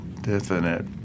definite